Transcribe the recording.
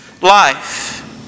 life